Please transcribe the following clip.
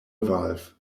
valve